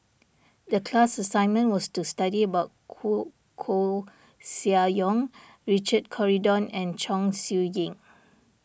the class assignment was to study about Koeh Koeh Sia Yong Richard Corridon and Chong Siew Ying